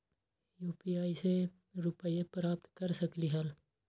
UPI से रुपए प्राप्त कर सकलीहल?